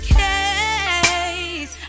case